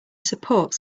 support